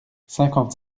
cinquante